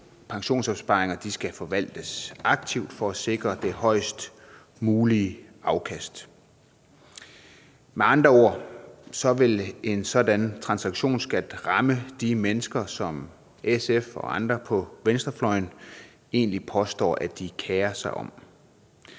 Pensionsopsparinger skal forvaltes aktivt for at sikre det højest mulige afkast. Med andre ord: Så vil en sådan transaktionsskat ramme de mennesker, som SF og andre på venstrefløjen egentlig påstår, de kerer sig om.